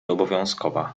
obowiązkowa